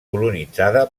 colonitzada